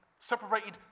Separated